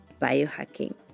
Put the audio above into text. biohacking